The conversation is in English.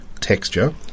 texture